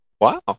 Wow